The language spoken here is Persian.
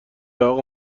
اقا